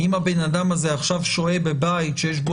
אם הבן אדם הזה עכשיו שוהה בבית שיש בו